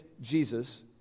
Jesus